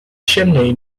chimney